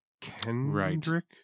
Kendrick